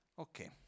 Okay